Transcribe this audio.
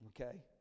okay